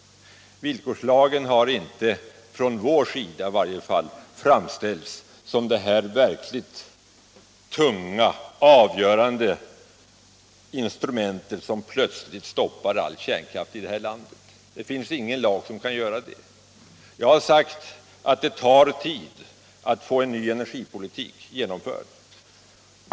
Villkorslagen har i varje fall inte från vår sida framställts som det verkligt tunga, avgörande instrumentet som plötsligt stoppar all kärnkraft i det här landet. Det finns ingen lag som kan göra det. Jag har sagt att det tar tid att få en ny energipolitik genomförd.